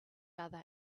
other